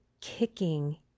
kicking